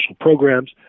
programs